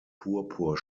purpur